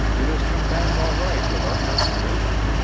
it has come back all right without your permission.